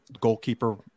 goalkeeper